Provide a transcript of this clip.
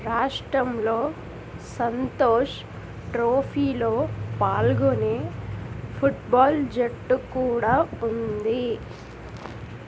రాష్ట్రంలో సంతోష్ ట్రోఫీ లో పాల్గొనే ఫుట్ బాల్ జట్టు కూడా ఉంది